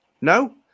No